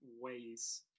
ways